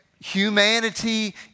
humanity